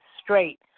straight